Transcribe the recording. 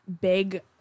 big